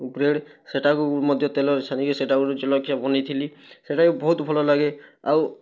bread ସେଇଟା କୁ ମଧ୍ୟ ତେଲ ରେ ଛାନି କରି ସେଇଟା ଗୋଟେ ଜଲଖିଆ ବନାଇଥିଲି ସେଇଟା ବି ବହୁତ ଭଲ ଲାଗେ ଆଉ